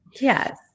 Yes